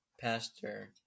Pastor